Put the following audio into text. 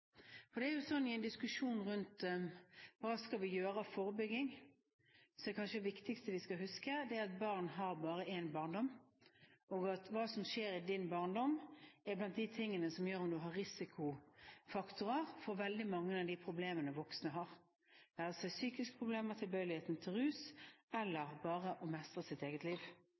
For det er jo sånn i en diskusjon rundt hva vi skal gjøre av forebygging, at kanskje det viktigste vi skal huske, er at barn bare har én barndom, og at hva som skjer i din barndom, er blant de tingene som avgjør om du har risikofaktorer for veldig mange av de problemene voksne har – det være seg psykiske problemer, tilbøyelighet til rus, eller bare å mestre sitt eget liv.